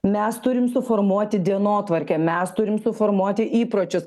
mes turim suformuoti dienotvarkę mes turim suformuoti įpročius